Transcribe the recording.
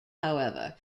however